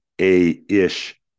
A-ish